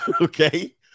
Okay